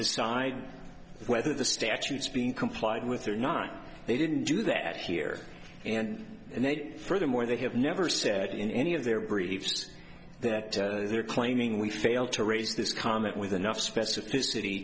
decide whether the statutes being complied with or not they didn't do that here and then furthermore they have never said in any of their briefs that they're claiming we failed to raise this comment with enough specificity